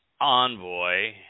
envoy